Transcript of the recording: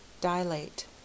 Dilate